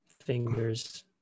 fingers